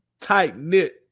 tight-knit